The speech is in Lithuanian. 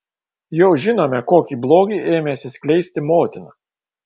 jau žinome kokį blogį ėmėsi skleisti motina